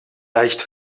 leicht